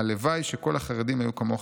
הלוואי שכל החרדים היו כמוך.